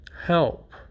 help